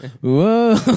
Whoa